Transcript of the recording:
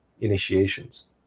initiations